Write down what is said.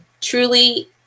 truly